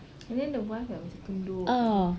and then the wife like macam tunduk dekat dia